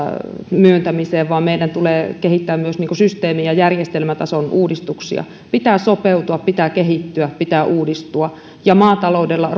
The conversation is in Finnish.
myöntämiseen vaan meidän tulee kehittää myös systeemi ja järjestelmätason uudistuksia pitää sopeutua pitää kehittyä pitää uudistua ja maataloudella